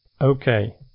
Okay